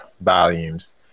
volumes